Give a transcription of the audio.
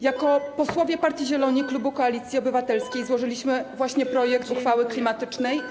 Jako posłowie Partii Zieloni, klubu Koalicji Obywatelskiej złożyliśmy właśnie projekt ustawy klimatycznej.